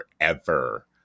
forever